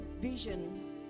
vision